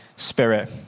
spirit